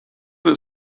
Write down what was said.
that